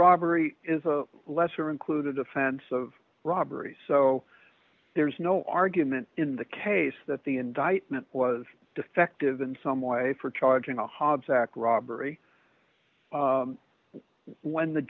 robbery is a lesser included offense of robbery so there's no argument in the case that the indictment was defective in some way for charging a hobbs act robbery when the